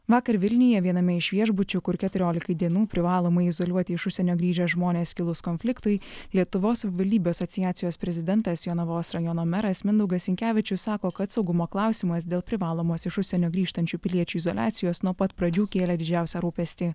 vakar vilniuje viename iš viešbučių kur keturiolikai dienų privalomai izoliuoti iš užsienio grįžę žmonės kilus konfliktui lietuvos savivaldybių asociacijos prezidentas jonavos rajono meras mindaugas sinkevičius sako kad saugumo klausimas dėl privalomos iš užsienio grįžtančių piliečių izoliacijos nuo pat pradžių kėlė didžiausią rūpestį